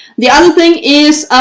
the other thing is,